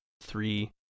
three